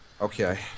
Okay